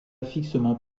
fixement